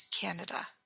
Canada